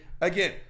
Again